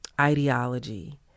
ideology